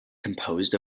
composed